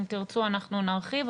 אם תרצו אנחנו נרחיב,